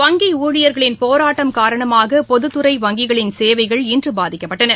வங்கி ஊழியர்களின் போராட்டம் காரணமாக பொதுத் துறை வங்கிகளின் சேவைகள் இன்று பாதிக்கப்பட்டன